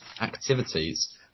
activities